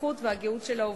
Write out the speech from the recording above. הבטיחות והגהות של העובדים.